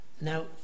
Now